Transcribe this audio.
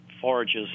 forages